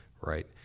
right